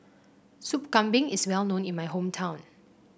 Sup Kambing is well known in my hometown